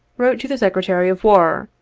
wrote to the secretary of war,